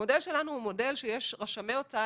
המודל שלנו הוא מודל שיש רשמי הוצאה